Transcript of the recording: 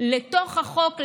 לתוך החוק,